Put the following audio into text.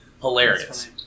hilarious